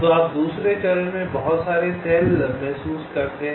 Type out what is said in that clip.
तो आप दूसरे चरण में बहुत सारे सेल महसूस करते हैं